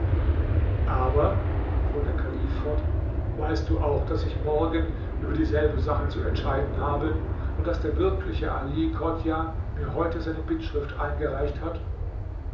aber fuhr der kalif fort weißt du auch daß ich morgen über dieselbe sache zu entscheiden habe und daß der wirkliche ali chodjah mir heute seine bittschrift eingereicht hat